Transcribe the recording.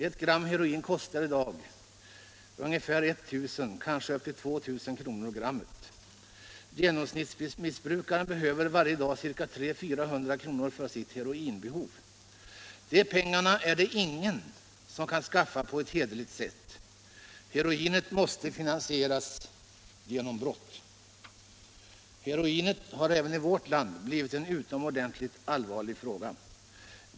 Ett gram heroin kostar i dag ungefär 1 000-2 000 kr. per gram. Genomsnittsmissbrukaren behöver varje dag ca 300-400 kr. för sitt heroinbehov. Dessa pengar är det ingen som kan skaffa på hederligt sätt — heroinet måste finansieras genom brott. Heroinet har även i vårt land blivit en utomordentligt allvarlig fråga.